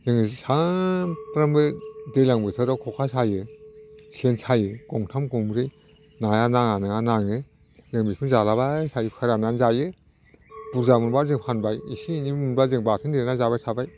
जों सानफ्रोमबो दैज्लां बोथोराव खखा सायो सेन सायो गंथाम गंब्रै नाया नाङा नङा नाङो जों बेखौनो जालाबाय थायो फोराननानै जायो बुरजा मोनबा जों फानबाय एसे एनै मोनबा जों बाथोन देना जाबाय थाबाय